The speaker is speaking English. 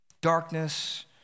Darkness